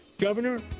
Governor